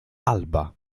alba